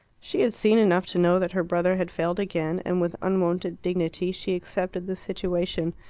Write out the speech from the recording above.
she had seen enough to know that her brother had failed again, and with unwonted dignity she accepted the situation.